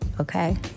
Okay